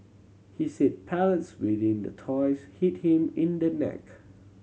he said pellets within the toys hit him in the neck